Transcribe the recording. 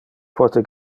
pote